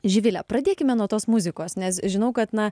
živile pradėkime nuo tos muzikos nes žinau kad na